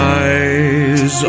eyes